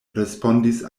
respondis